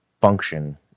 function